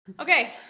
Okay